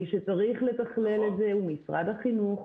מי שצריך לתכלל את זה הוא משרד החינוך,